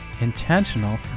intentional